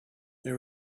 they